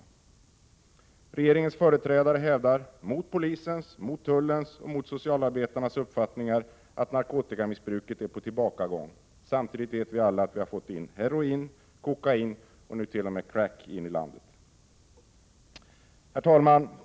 Regeringens företrädare hävdar — mot polisens, tullens och socialarbetarnas uppfattningar — att narkotikamissbruket är på tillbakagång. Samtidigt vet vi alla att det har kommit in heroin, kokain och nu t.o.m. crack i landet. Herr talman!